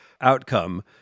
outcome